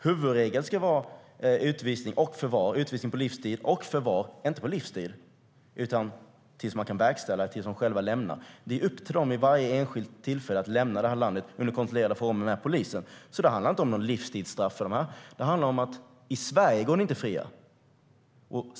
Huvudregeln ska vara utvisning på livstid och förvar, inte på livstid utan tills utvisningen går att verkställa eller personen själv lämnar landet. Det är vid varje enskilt tillfälle upp till dessa personer att lämna landet under kontrollerade former, eskorterade av polisen. Så det handlar inte om livstidsstraff, utan det handlar om att de inte ska gå fria i Sverige.